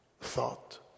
thought